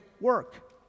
work